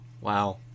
Wow